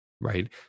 right